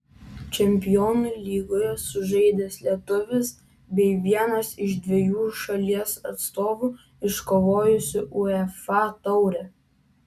čempionų lygoje sužaidęs lietuvis bei vienas iš dviejų šalies atstovų iškovojusių uefa taurę